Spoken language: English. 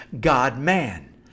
God-man